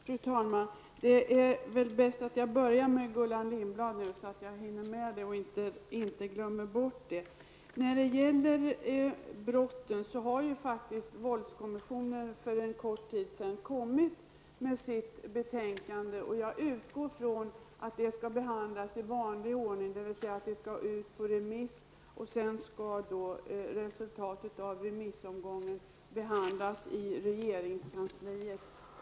Fru talman! Det är väl bäst att jag börjar med Gullan Lindblad, så att jag hinner med och inte glömmer bort det. När det gäller brotten har faktiskt våldskommissionen för en kort tid sidan kommit med sitt betänkande. Jag utgår ifrån att det skall behandlas i vanlig ordning, dvs. det skall ut på remiss. Därefter skall resultatet av remissomgången behandlas i regeringskansliet.